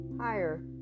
higher